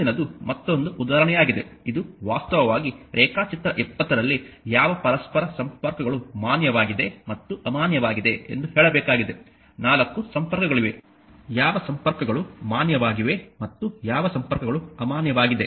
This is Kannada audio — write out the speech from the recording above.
ಮುಂದಿನದು ಮತ್ತೊಂದು ಉದಾಹರಣೆಯಾಗಿದೆ ಇದು ವಾಸ್ತವವಾಗಿ ರೇಖಾಚಿತ್ರ 20 ರಲ್ಲಿ ಯಾವ ಪರಸ್ಪರ ಸಂಪರ್ಕಗಳು ಮಾನ್ಯವಾಗಿದೆ ಮತ್ತು ಅಮಾನ್ಯವಾಗಿದೆ ಎಂದು ಹೇಳಬೇಕಾಗಿದೆ 4 ಸಂಪರ್ಕಗಳಿವೆ ಯಾವ ಸಂಪರ್ಕಗಳು ಮಾನ್ಯವಾಗಿವೆ ಮತ್ತು ಯಾವ ಸಂಪರ್ಕಗಳು ಅಮಾನ್ಯವಾಗಿದೆ